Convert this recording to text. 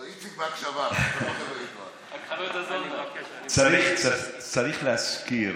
לא, איציק בהקשבה, צריך להזכיר